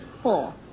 Four